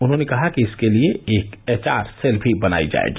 उन्होंने कहा कि इसके लिए एक एचआर सेल भी बनायी जाएगी